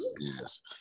Yes